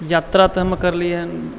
यात्रा तऽ हम करलिए हन